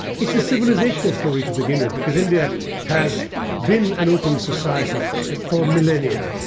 it's a civilizational story to begin with. because india has been an open society for millennia.